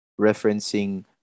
referencing